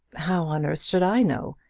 how on earth should i know?